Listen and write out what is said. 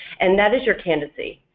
and that is your candidacy.